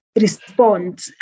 respond